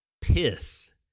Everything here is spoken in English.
piss